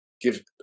give